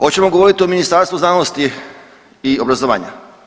Hoćemo govoriti o Ministarstvu znanosti i obrazovanja?